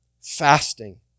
fasting